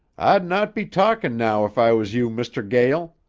i'd not be talkin' now if i was you, mr. gael.